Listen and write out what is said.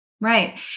Right